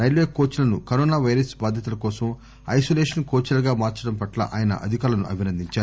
railway coach లను corona virus బాధితుల కోసం ఐసోలేషన్ కోచ్ లుగా మార్సడం పట్ల ఆయన అధికారులను అభినందించారు